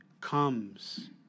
comes